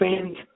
fans